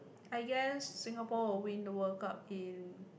I guess Singapore will win the World Cup game